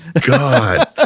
god